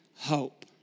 hope